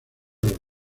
los